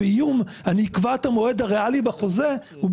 איום של "אני אקבע את המועד הריאלי בחוזה" הוא,